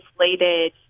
inflated